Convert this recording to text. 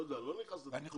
אני לא נכנס ל --- לא,